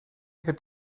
heb